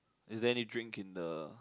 is there any drink in the